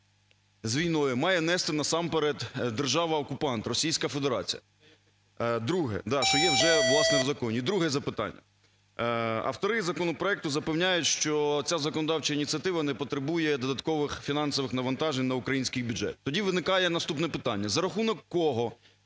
з війною, має нести насамперед держава-окупант Російська Федерація? Друге. Да, що є вже, власне, в законі. І друге запитання. Автори законопроекту запевняють, що ця законодавча ініціатива не потребує додаткових фінансових навантажень на український бюджет. Тоді виникає наступне питання, за рахунок кого